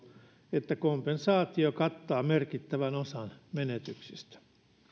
että kompensaatio kattaa merkittävän osan menetyksistä